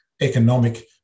economic